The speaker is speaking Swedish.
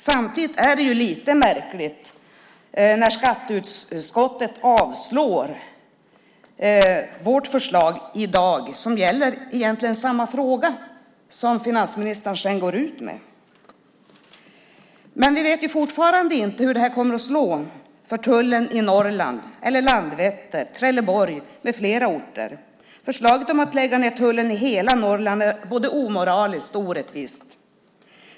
Samtidigt är det märkligt att skatteutskottet i dag avstyrker vårt förslag, som ju egentligen gäller samma fråga som finansministern sedan går ut med. Vi vet fortfarande inte hur det kommer att slå mot tullen i Norrland, Landvetter, Trelleborg med flera orter. Förslaget om att lägga ned tullen i hela Norrland är både omoraliskt och orättvist.